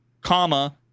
comma